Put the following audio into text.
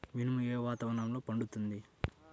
మినుము ఏ వాతావరణంలో పండుతుంది?